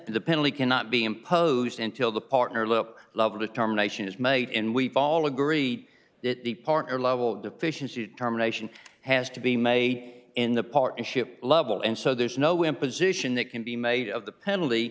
the penalty cannot be imposed until the partner look love determination is made and we all agree that the partner level deficiency determination has to be made in the partnership level and so there's no imposition that can be made of the penalty